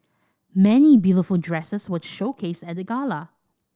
many beautiful dresses were showcased at the gala